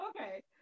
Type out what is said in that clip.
Okay